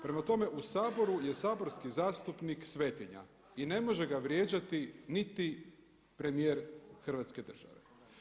Prema tome u Saboru je saborski zastupnik svetinja i ne može ga vrijeđati niti premijer Hrvatske države.